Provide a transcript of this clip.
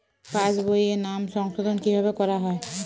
পাশ বইয়ে নাম সংশোধন কিভাবে করা হয়?